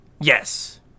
Yes